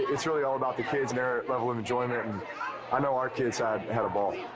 it's really all about the kids and their level of enjoyment. and i know our kids ah had had a ball.